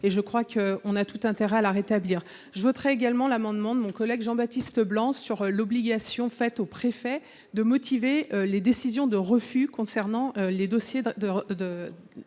Nous avons donc tout intérêt à la rétablir. Je voterai également l’amendement de Jean Baptiste Blanc sur l’obligation faite aux préfets de motiver les décisions de refus dans les dossiers de